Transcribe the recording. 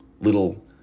little